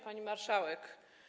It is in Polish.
Pani Marszałek!